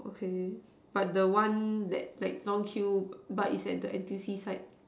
okay but the one that like long queue but is at the N_T_U_C side